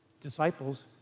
disciples